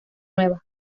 nueva